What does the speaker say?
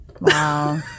Wow